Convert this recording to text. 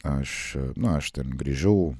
aš nu aš ten grįžau